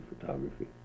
photography